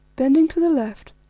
bending to the left,